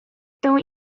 don’t